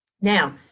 Now